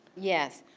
yes,